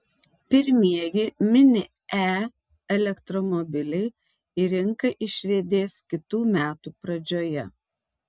pirmieji mini e elektromobiliai į rinką išriedės kitų metų pradžioje